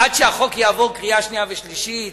עד שהחוק יעבור בקריאה שנייה ובקריאה שלישית,